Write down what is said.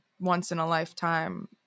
once-in-a-lifetime